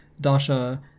Dasha